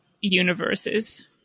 universes